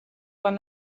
quan